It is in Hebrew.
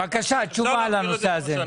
תשובה לנושא הזה.